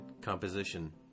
composition